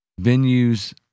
venues